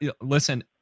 listen